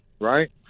right